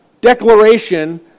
declaration